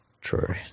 True